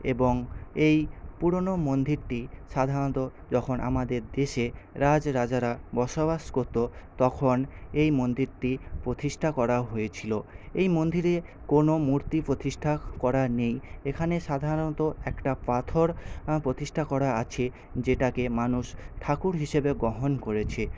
এবং এই পুরোনো মন্দিরটি সাধারণত যখন আমাদের দেশে রাজ রাজারা বসবাস করতো তখন এই মন্দিরটি প্রতিষ্ঠা করা হয়েছিল এই মন্দিরে কোনো মূর্তি প্রতিষ্ঠা করা নেই এখানে সাধারণত একটা পাথর প্রতিষ্ঠা করা আছে যেটাকে মানুষ ঠাকুর হিসেবে গ্রহণ করেছে